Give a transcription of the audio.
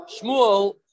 shmuel